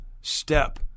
step